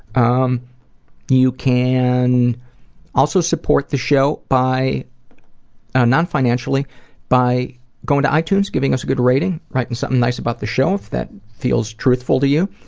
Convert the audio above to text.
um you can also support the show by ah non-financially by going to itunes, giving us a good rating, writing something nice about the show if that feels truthful to you,